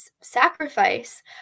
sacrifice